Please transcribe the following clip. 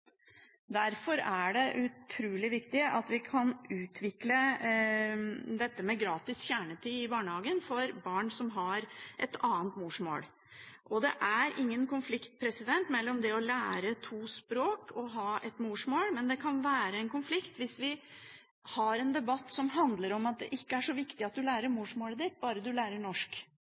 Derfor er det utrolig viktig at vi kan utvikle dette med gratis kjernetid i barnehagen for barn som har et annet morsmål. Og det er ingen konflikt mellom det å lære to språk og å ha ett morsmål, men det kan bli en konflikt hvis vi har en debatt som handler om at det ikke er så viktig at du lærer morsmålet ditt, bare du lærer norsk,